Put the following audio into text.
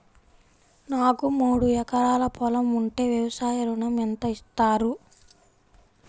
నాకు మూడు ఎకరాలు పొలం ఉంటే వ్యవసాయ ఋణం ఎంత ఇస్తారు?